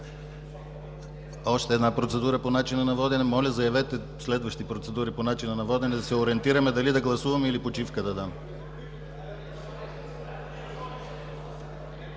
Още една процедура по начина на водене. Моля, заявете следващи процедури по начина на водене, за да се ориентираме дали да гласуваме, или да дам